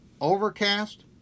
Overcast